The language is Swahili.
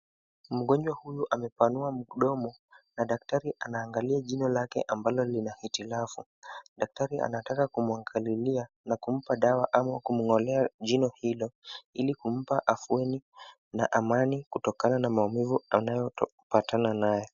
Mgonjwa huu amepanua mdomo na daktari anaangalia jino lake ambalo lina hitilafu. Daktari anataka kumwangalilia na kumpa dawa ama kumng'olea jino hilo ili kumpa afueni na amani kutokana na maumivu anayo patana nayo.